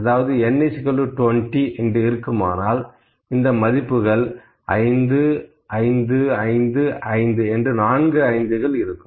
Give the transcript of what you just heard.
அதாவது n 20 என்று இருக்குமானால் இந்த மதிப்புகள் 5 5 5 5 என்று இருக்கும்